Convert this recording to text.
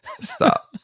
Stop